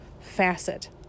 facet